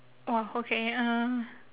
oh okay uh